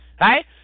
right